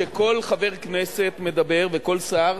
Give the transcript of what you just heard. כשכל חבר כנסת מדבר וכל שר,